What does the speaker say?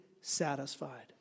satisfied